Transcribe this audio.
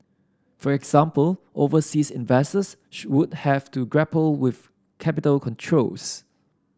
for example overseas investors should would have to grapple with capital controls